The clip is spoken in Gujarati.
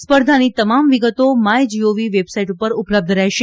સ્પર્ધાની તમામ વિગતો માય જીઓવી વેબસાઈટ પર ઉપલબ્ધ રહેશે